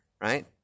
right